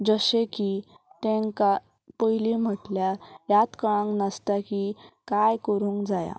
जशें की तेंकां पयलीं म्हटल्यार ह्यात कळोंक नासता की कांय करूंक जाया